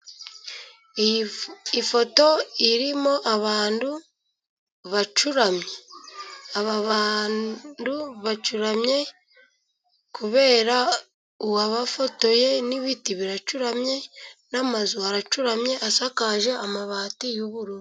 Ifoto irimo abantu bacuramye. Aba bantu bacuramye kubera uwabafotoye. N'ibiti biracuramye, n'amazu aracuramye, asakaje amabati y'ubururu.